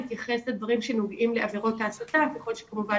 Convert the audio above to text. הוא יתייחס לדברים שנוגעים לעבירות ההסתה ככל שכמובן